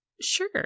Sure